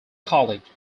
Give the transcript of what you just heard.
college